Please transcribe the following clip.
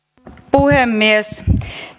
puhemies